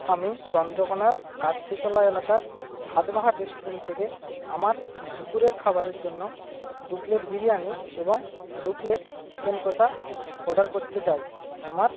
আমি চন্দ্রকোনার গাছশীতলা এলাকার স্বাদবাহার রেস্টুরেন্ট থেকে আমার দুপুরের খাবারের জন্য দু প্লেট বিরিয়ানি এবং দু প্লেট চিকেন কষা অর্ডার করতে চাই আমার